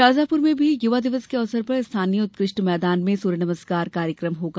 शाजापुर में भी युवा दिवस के अवसर पर स्थानीय उत्कृष्ट मैदान में सूर्य नमस्कार कार्यक्रम होगा